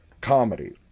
comedy